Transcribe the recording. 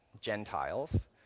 Gentiles